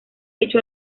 hecho